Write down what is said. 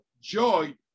joy